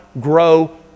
grow